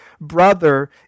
brother